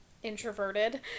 introverted